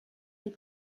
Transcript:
les